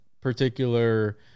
particular